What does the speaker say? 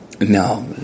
No